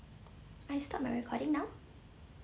I stop my recording now